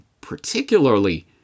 particularly